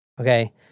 Okay